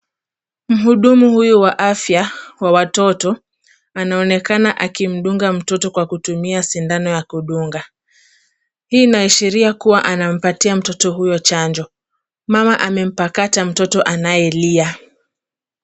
Mhudumu huyu wa afya kwa watoto anaonekana akimdunga mtoto kwa kutumia sindano ya kudunga. Hii inaashiria kuwa anampatia mtoto huyo chanjo. Mama amempakata mtoto anayelia.